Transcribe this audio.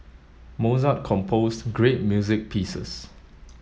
Mozart composed great music pieces